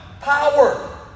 power